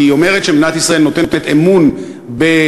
כי היא אומרת שמדינת ישראל נותנת אמון בשלטונות